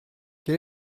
quel